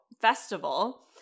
festival